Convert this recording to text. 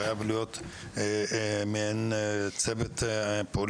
חייב להיות מעין צוות פעולה,